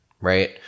Right